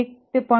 1 0